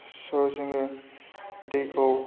स' जोङो दैखौ